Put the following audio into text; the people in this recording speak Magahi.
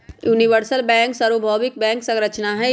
यूनिवर्सल बैंक सर्वभौमिक बैंक संरचना हई